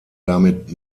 damit